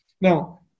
Now